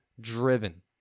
driven